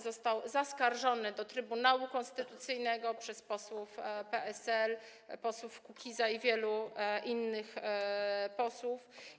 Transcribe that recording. Została ona zaskarżona do Trybunału Konstytucyjnego przez posłów PSL, Kukiza i wielu innych posłów.